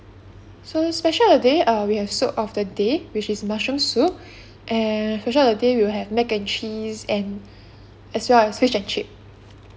so the special of the day um we have soup of the day which is mushroom soup and special of the day we'll have mac and cheese and as well as fish and chip